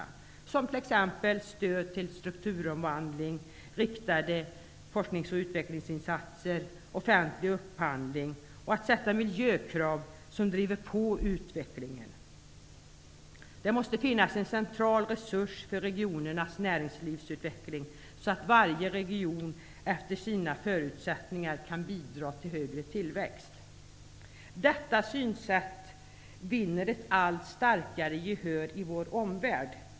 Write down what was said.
Det gäller t.ex. stöd till strukturomvandling, riktade forsknings och utvecklingsinsatser, offentlig upphandling och uppsättande av miljökrav som driver på utvecklingen. Det måste finnas en central resurs för regionernas näringslivsutveckling, så att varje region kan bidra till högre tillväxt efter sina förutsättningar. Detta synsätt vinner ett allt starkare gehör i vår omvärld.